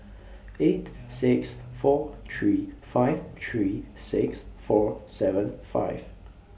eight six four three five three six four seven five